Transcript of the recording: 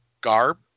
garb